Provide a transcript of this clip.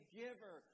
giver